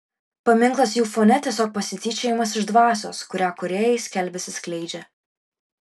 paminklas jų fone tiesiog pasityčiojimas iš dvasios kurią kūrėjai skelbiasi skleidžią